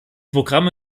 programme